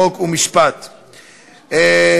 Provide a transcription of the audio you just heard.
חוק ומשפט נתקבלה.